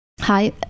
Hi